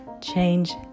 change